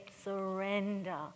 surrender